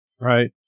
Right